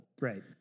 Right